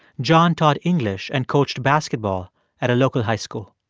john taught english and coached basketball at a local high school